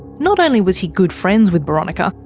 not only was he good friends with boronika,